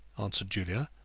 answered julia.